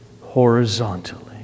horizontally